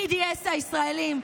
BDS הישראלים,